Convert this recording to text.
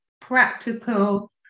practical